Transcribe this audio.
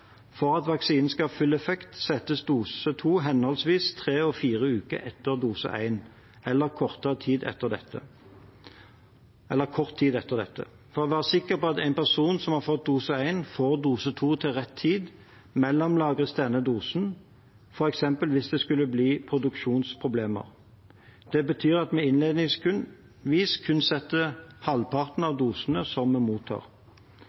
For at vaksinen skal ha full effekt, settes dose 2 henholdsvis tre og fire uker etter dose 1, eller kort tid etter dette. For å være sikker på at en person som har fått dose 1, får dose 2 til rett tid, mellomlagres denne dosen – f.eks. hvis det skulle bli produksjonsproblemer. Det betyr at vi innledningsvis kun setter halvparten av de dosene vi mottar.